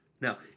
Now